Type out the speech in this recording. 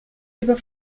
über